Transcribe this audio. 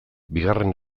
bigarren